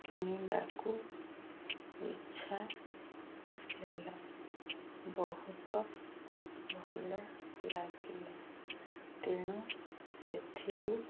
କିଣିବାକୁ ଇଚ୍ଛା ହେଲା ବହୁତ ଭଲ ଲାଗିଲା ତେଣୁ ସେଥିରୁ